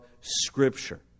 Scripture